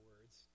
words